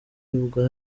ivuga